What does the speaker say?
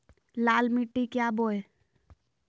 लाल मिट्टी क्या बोए?